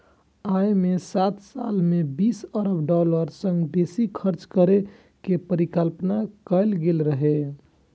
अय मे सात साल मे बीस अरब डॉलर सं बेसी खर्च करै के परिकल्पना कैल गेल रहै